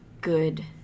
good